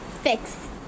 fix